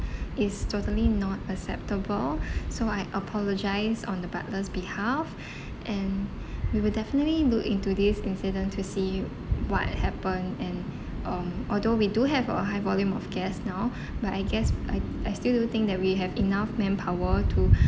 is totally not acceptable so I apologise on the butler's behalf and we will definitely look into this incident to see what happened and um although we do have a high volume of guest now but I guess I I still don't think that we have enough manpower to